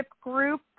group